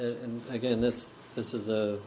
and again this this is